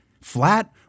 flat